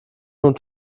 von